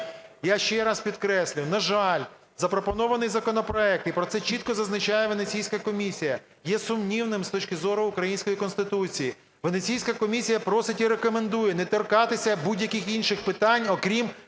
Я ще раз підкреслюю, на жаль, запропонований законопроект, і про це чітко зазначає Венеційська комісія, є сумнівним з точки зору української Конституції. Венеційська комісія просить і рекомендує не торкатися будь-яких інших питань, окрім